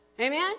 Amen